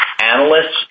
analysts